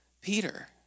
Peter